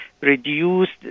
reduced